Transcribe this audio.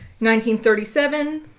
1937